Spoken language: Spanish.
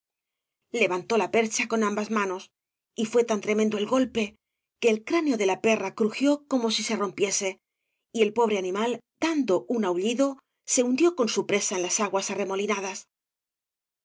levantó la percha con ambas manoi y fué tan tremendo el golpe que el cráneo de la perra crujió como si se rompiese y el pobre animal dando un aullido se hundió con su presa en las aguas